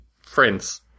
friends